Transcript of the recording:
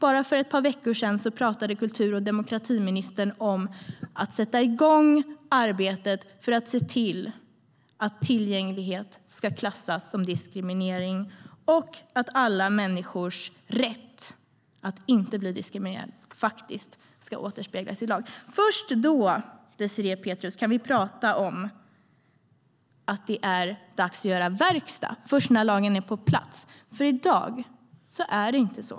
Bara för ett par veckor sedan talade även kultur och demokratiministern om att sätta igång arbetet för att se till att tillgänglighet ska klassas som diskriminering och att alla människors rätt att inte bli diskriminerade faktiskt ska återspeglas i lag. Först när lagen är på plats kan vi prata om att det är dags att göra verkstad, Désirée Pethrus. I dag är det nämligen inte så.